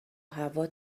هوا